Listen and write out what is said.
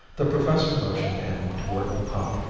the professor motioned him toward the pump,